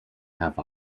have